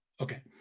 Okay